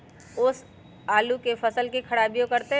ओस आलू के फसल के खराबियों करतै?